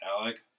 alec